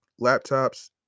laptops